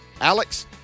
Alex